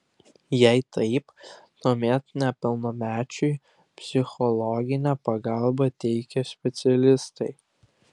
jei taip tuomet nepilnamečiui psichologinę pagalbą teikia specialistai